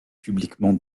publiquement